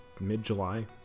mid-july